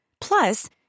Plus